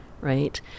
Right